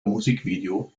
musikvideo